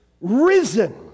risen